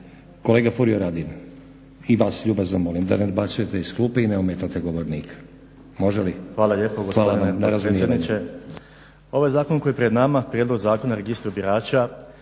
Kolega Furio Radin ja vas ljubazno molim da ne dobacujete iz klupe i ne ometate govornika. Može li? Hvala na razumijevanju.